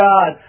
God